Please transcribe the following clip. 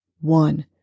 one